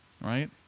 right